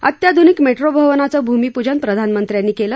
अत्याध्निक मेट्रो भवनाचं भूमिपूजन प्रधानमंत्र्यांनी केलं